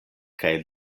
kaj